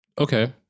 Okay